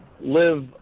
live